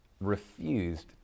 refused